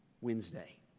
Wednesday